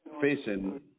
facing